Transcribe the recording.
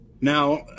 Now